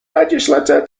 legislature